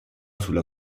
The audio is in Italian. sulla